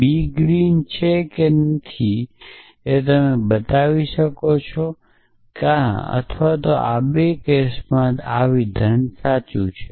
b green છે કે green નથી કે તમે બતાવી શકો કે ક્યાં તો અથવા 2 કેસમાં આ વિધાન સાચું છે